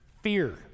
fear